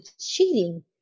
cheating